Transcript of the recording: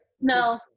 No